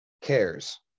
Cares